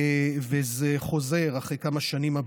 והבעיה חוזרת אחרי כמה שנים.